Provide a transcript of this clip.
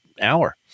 hour